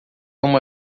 uma